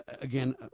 again